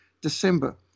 December